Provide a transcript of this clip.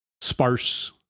Sparse